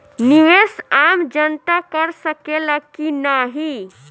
निवेस आम जनता कर सकेला की नाहीं?